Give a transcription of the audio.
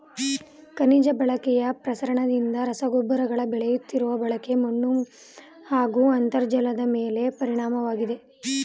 ಖನಿಜ ಬಳಕೆಯ ಪ್ರಸರಣದಿಂದ ರಸಗೊಬ್ಬರಗಳ ಬೆಳೆಯುತ್ತಿರುವ ಬಳಕೆ ಮಣ್ಣುಹಾಗೂ ಅಂತರ್ಜಲದಮೇಲೆ ಪರಿಣಾಮವಾಗಿದೆ